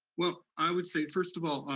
well, i would say, first of all,